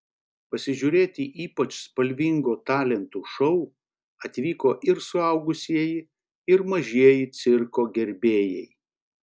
pasižiūrėti ypač spalvingo talentų šou atvyko ir suaugusieji ir mažieji cirko gerbėjai